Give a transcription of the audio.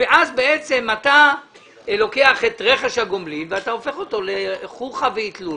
ואז בעצם אתה לוקח את רכש הגומלין ואתה הופך אותו לחוכא ואיטלולא.